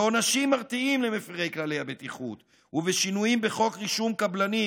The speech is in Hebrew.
בעונשים מרתיעים למפירי כללי הבטיחות ובשינויים בחוק רישום קבלנים.